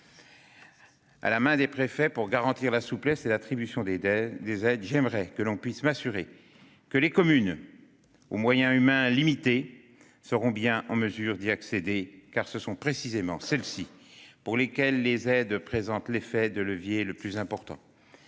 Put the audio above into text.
À la main des préfets, pour garantir la souplesse de l'attribution des aides, j'aimerais que l'on puisse m'assurer que les communes aux moyens humains limités seront bien en mesure d'y accéder, car ce sont précisément pour celles-ci que les aides présentent l'effet de levier le plus important.